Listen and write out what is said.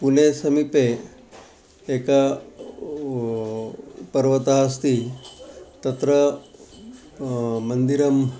पुने समीपे एकः पर्वतः अस्ति तत्र मन्दिरं